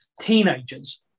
teenagers